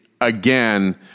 again